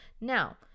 Now